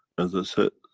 as i said,